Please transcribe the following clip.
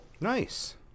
Nice